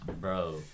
Bro